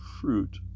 fruit